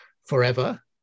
forever